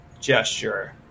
gesture